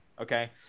Okay